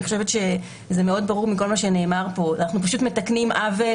אני חושבת שזה מאוד ברור מכל מה שנאמר פה אנחנו פשוט מתקנים עוול